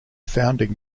founding